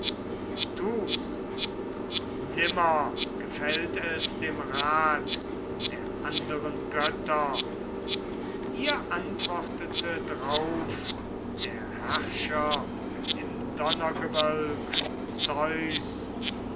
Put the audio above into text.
doch nimmer gefällt es dem rat der anderen götter ihr antwortete drauf der herrscher im donnergewölk zeus